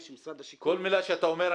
שמשרד השיכון --- כל מילה שאתה אומר,